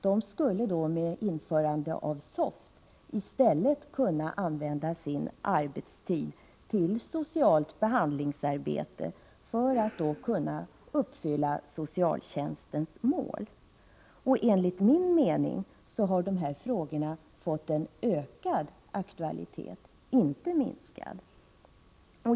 De skulle med införandet av SOFT i stället kunna använda sin arbetstid till socialt behandlingsarbete och på så sätt kunna uppfylla socialtjänstens mål. Enligt min mening har de här frågorna fått en ökad aktualitet, inte en minskad.